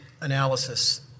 analysis